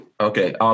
Okay